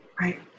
right